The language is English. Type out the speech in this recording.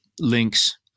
links